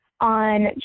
on